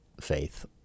faith